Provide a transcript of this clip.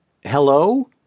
Hello